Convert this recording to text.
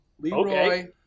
Leroy